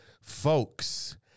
folks